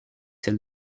celle